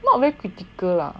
not very critical lah